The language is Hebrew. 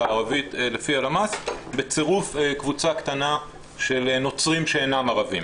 הערבית לפי הלמ"ס בצירוף קבוצה קטנה של נוצרים שאינם ערבים.